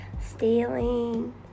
stealing